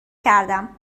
کردم